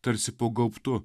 tarsi po gaubtu